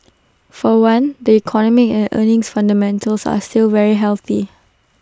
for one the economic and earnings fundamentals are still very healthy